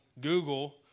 Google